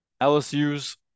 LSU's